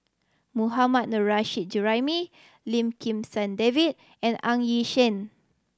Mohammad Nurrasyid Juraimi Lim Kim San David and Ng Yi Sheng